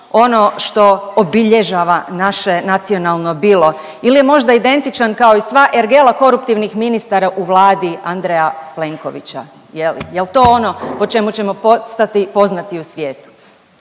ono što obilježava naše nacionalno bilo ili je možda identičan kao i sva ergela koruptivnih ministara u Vladi Andreja Plenkovića? Je li jel to ono po čemu ćemo postati poznati u svijetu?